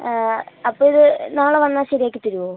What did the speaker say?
അപ്പൊൾ ഇത് നാളെ വന്നാൽ ശരി ആക്കിത്തരാമോ